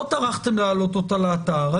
לא טרחתם להעלות אותה לאתר,